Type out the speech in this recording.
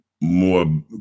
more